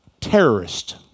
Terrorist